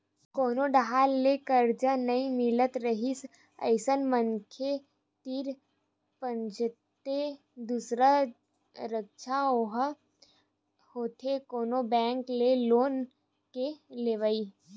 कोनो डाहर ले करजा नइ मिलत राहय अइसन मनखे तीर बचथे दूसरा रद्दा ओहा होथे कोनो बेंक ले लोन के लेवई